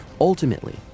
Ultimately